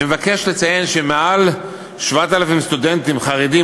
אני מבקש לציין שמעל 7,000 סטודנטים חרדים